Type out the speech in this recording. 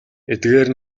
эдгээр